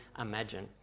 imagine